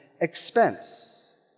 expense